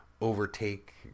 overtake